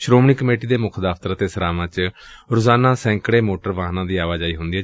Shiromani committee ਦੇ ਮੁੱਖ ਦਫਤਰ ਅਤੇ ਸਰਾਵਾਂ ਵਿਚ ਰੋਜ਼ਾਨਾ ਸੈਂਕੜੇ ਮੋਟਰ ਵਾਹਨਾਂ ਦੀ ਆਵਾਜਾਈ ਹੁੰਦੀ ਏ